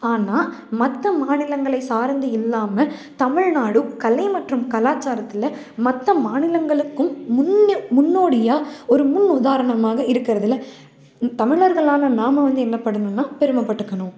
ஆனால் மற்ற மாநிலங்களை சார்ந்து இல்லாமல் தமிழ்நாடும் கலை மற்றும் கலாசாரத்தில் மற்ற மாநிலங்களுக்கும் முன்னே முன்னோடியாக ஒரு முன் உதாரணமாக இருக்கிறதுல தமிழர்களான நாம் வந்து என்ன பண்ணணும்னா பெருமை பட்டுக்கணும்